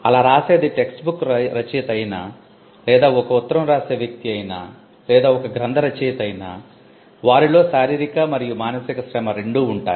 అలా రాసేది textbook రచయిత అయినా లేదా ఒక ఉత్తరం రాసే వ్యక్తి అయినా లేదా ఒక గ్రంధ రచయిత అయినా వారిలో శారీరిక మరియు మానసిక శ్రమ రెండూ ఉంటాయి